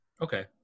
Okay